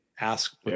ask